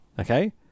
Okay